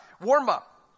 warm-up